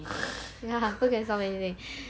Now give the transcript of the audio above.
ya food can solve anything